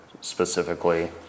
specifically